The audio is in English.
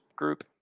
group